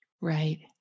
Right